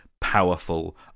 powerful